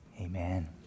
Amen